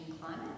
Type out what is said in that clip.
climate